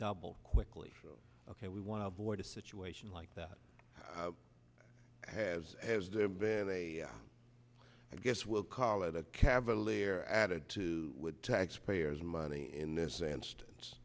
double quickly ok we want to avoid a situation like that has has there been a i guess we'll call it a cavalier attitude to would tax payers money in this instance